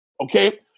okay